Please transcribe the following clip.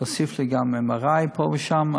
להוסיף לי גם MRI פה ושם.